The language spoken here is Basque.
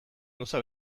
gauza